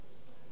ולכן,